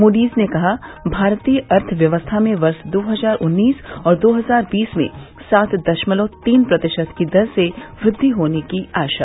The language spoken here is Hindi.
मूड़ीज ने कहा भारतीय अर्थव्यवस्था में वर्ष दो हजार उन्नीस और दो हजार बीस में सात दशमलव तीन प्रतिशत की दर से वद्धि होने की आशा